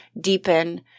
deepen